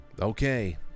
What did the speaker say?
Okay